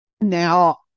now